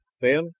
then,